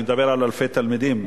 אני מדבר על אלפי תלמידים.